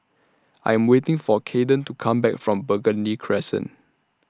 I Am waiting For Cayden to Come Back from Burgundy Crescent